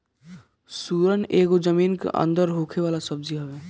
सुरन एगो जमीन के अंदर होखे वाला सब्जी हअ